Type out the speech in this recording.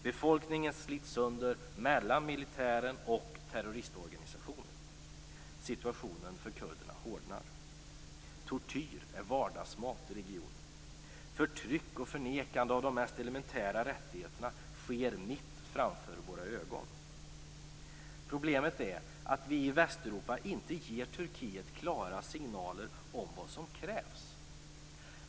Befolkningen slits sönder mellan militären och terroristorganisationer. Situationen för kurderna hårdnar. Tortyr är vardagsmat i regionen. Förtryck och förnekande av de mest elementära rättigheterna sker mitt framför våra ögon. Problemet är att vi i Västeuropa inte ger Turkiet klara signaler om vad som krävs.